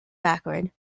backward